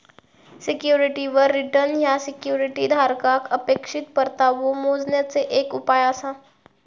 सिक्युरिटीवर रिटर्न ह्या सिक्युरिटी धारकाक अपेक्षित परतावो मोजण्याचे एक उपाय आसा